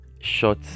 short